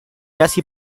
casi